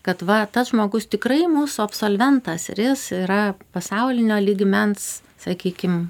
kad va tas žmogus tikrai mūsų absolventas ir jis yra pasaulinio lygmens sakykim